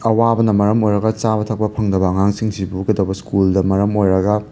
ꯑꯋꯥꯕꯅ ꯃꯔꯝ ꯑꯣꯏꯔꯒ ꯆꯥꯕ ꯊꯛꯄ ꯐꯪꯗꯕ ꯑꯉꯥꯡꯁꯤꯡꯁꯤꯕꯨ ꯀꯩꯗꯧꯕ ꯁ꯭ꯀꯨꯜꯗ ꯃꯔꯝ ꯑꯣꯏꯔꯒ